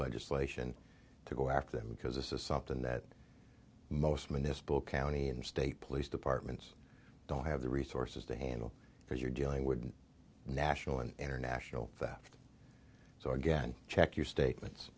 legislation to go after them because this is something that most men this bill county and state police departments don't have the resources to handle because you're dealing with national and international theft so again check your